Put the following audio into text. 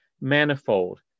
manifold